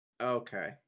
Okay